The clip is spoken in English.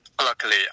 Luckily